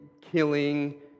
killing